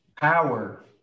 Power